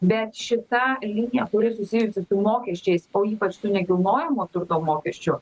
bet šita linija kuri susijusi su mokesčiais o ypač su nekilnojamo turto mokesčiu